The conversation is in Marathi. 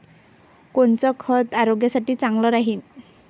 कोनचं खत आरोग्यासाठी चांगलं राहीन?